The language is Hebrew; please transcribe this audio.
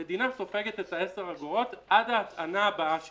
המדינה סופגת את ה-10 אגורות, עד ההטענה הבאה שלי.